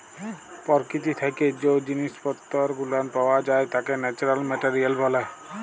পরকীতি থাইকে জ্যে জিনিস পত্তর গুলান পাওয়া যাই ত্যাকে ন্যাচারাল মেটারিয়াল ব্যলে